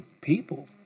people